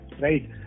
right